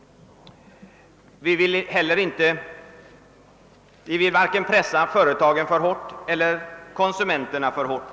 Vi vill varken pressa företagen eller konsumenterna för hårt.